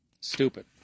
stupid